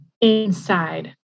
inside